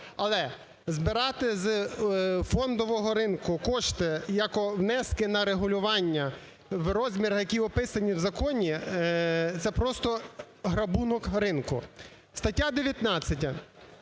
Але збирати з фондового ринку кошти як внески на регулювання в розмірах, які описані в законі, це просто грабунок ринку. Стаття 19.